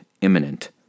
imminent